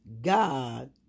God